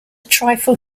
trifle